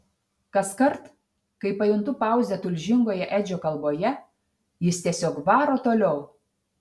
kaskart kai pajuntu pauzę tulžingoje edžio kalboje jis tiesiog varo toliau